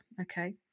okay